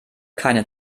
keine